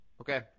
Okay